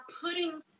putting